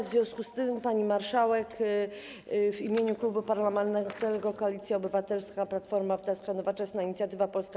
W związku z tym, pani marszałek, w imieniu Klubu Parlamentarnego Koalicja Obywatelska - Platforma Obywatelska, Nowoczesna, Inicjatywa Polska,